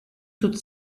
toute